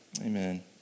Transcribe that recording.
Amen